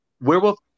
Werewolf